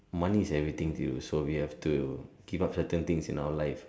money is everything to you so we have to give up certain things in our life`````